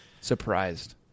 surprised